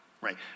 right